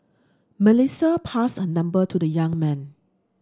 Melissa passed her number to the young man